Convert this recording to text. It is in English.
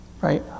right